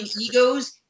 egos